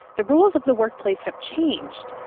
the rules of the workplace have changed.